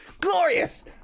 glorious